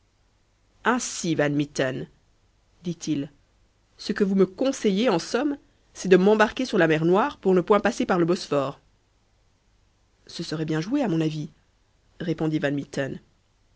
ainsi van mitten dit-il ce que vous me conseillez en somme c'est de m'embarquer sur la mer noire pour ne point passer par le bosphore ce serait bien joué à mon avis répondit